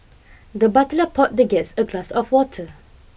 the butler poured the guest a glass of water